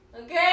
okay